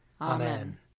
Amen